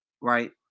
right